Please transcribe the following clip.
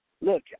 Look